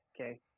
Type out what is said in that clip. okay